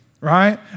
right